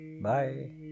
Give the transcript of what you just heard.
Bye